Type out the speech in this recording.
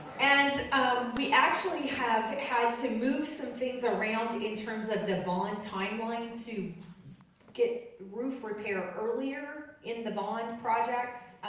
and we actually have had to move some things around in terms of the bond timeline to get roof repair earlier in the bond projects,